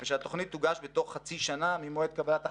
ושהתוכנית תוגש בתוך חצי שנה ממועד קבלת החלטה,